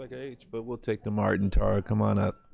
like h but we'll take the martin, tara, come on up.